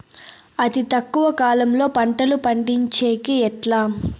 అతి తక్కువ కాలంలో పంటలు పండించేకి ఎట్లా?